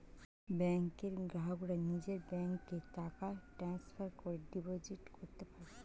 ব্যাংকের গ্রাহকরা নিজের ব্যাংকে টাকা ট্রান্সফার করে ডিপোজিট করতে পারে